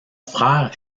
frère